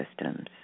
systems